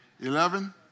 Eleven